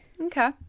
Okay